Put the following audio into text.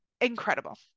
incredible